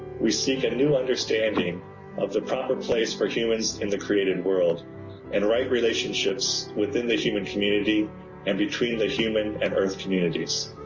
we seek a new understanding of the proper place for humans in the created world and right relationships within the human community and between the human and earth communities.